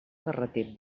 carreter